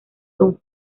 son